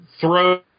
throw